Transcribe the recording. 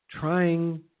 trying